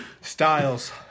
Styles